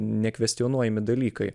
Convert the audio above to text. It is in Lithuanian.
nekvestionuojami dalykai